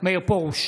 מאיר פרוש,